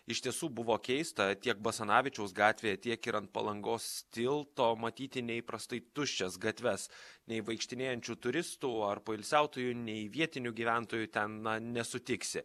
iš tiesų buvo keista tiek basanavičiaus gatvėje tiek ir ant palangos tilto matyti neįprastai tuščias gatves nei vaikštinėjančių turistų ar poilsiautojų nei vietinių gyventojų ten na nesutiksi